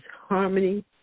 harmony